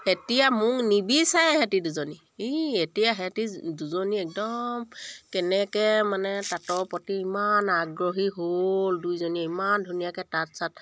এতিয়া মোক নিবিচাৰে সিহঁত দুজনীয়ে এই এতিয়া সিহঁত দুজনী একদম কেনেকৈ মানে তাঁতৰ প্ৰতি ইমান আগ্ৰহী হ'ল দুইজনী ইমান ধুনীয়াকৈ তাঁত চাত